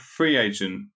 FreeAgent